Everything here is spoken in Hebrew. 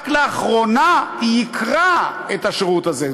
רק לאחרונה היא ייקרה את השירות הזה.